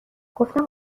گفتم